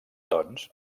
tons